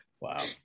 Wow